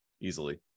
easily